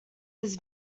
his